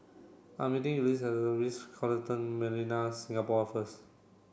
I am meeting at The Ritz Carlton Millenia Singapore first